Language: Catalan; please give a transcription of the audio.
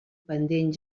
pendent